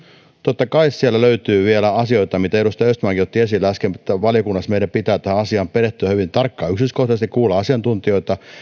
totta kai sieltä löytyy vielä asioita mitä edustaja östmankin otti esille äsken ja valiokunnassa meidän pitää tähän asiaan perehtyä hyvin tarkkaan ja yksityiskohtaisesti ja kuulla asiantuntijoita